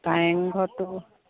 কাৰেংঘৰটো